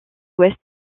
west